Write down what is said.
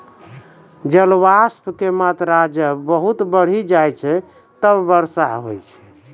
जलवाष्प के मात्रा जब बहुत बढ़ी जाय छै तब वर्षा होय छै